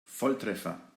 volltreffer